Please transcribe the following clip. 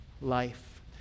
life